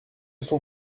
son